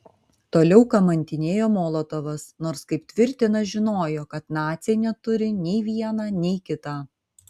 toliau kamantinėjo molotovas nors kaip tvirtina žinojo kad naciai neturi nei viena nei kita